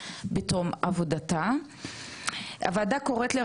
הוועדה קוראת לרשות האוכלוסין לפתח יחד עם משרד החוץ,